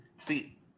See